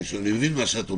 אני מבין את מה שאת אומרת,